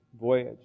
voyage